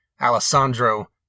Alessandro